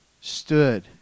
stood